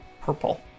purple